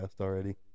already